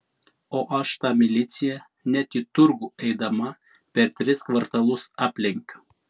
o aš tą miliciją net į turgų eidama per tris kvartalus aplenkiu